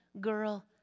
girl